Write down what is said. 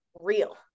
real